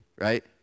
right